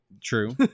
true